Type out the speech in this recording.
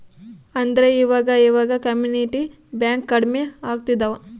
ಆದ್ರೆ ಈವಾಗ ಇವಾಗ ಕಮ್ಯುನಿಟಿ ಬ್ಯಾಂಕ್ ಕಡ್ಮೆ ಆಗ್ತಿದವ